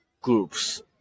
groups